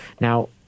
Now